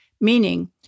meaning